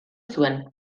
zuen